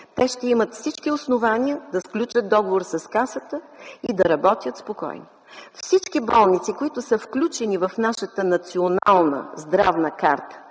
ще имат всички основания да сключат договор с Касата и да работят спокойно. Всички болници, които са включени в нашата Национална здравна карта,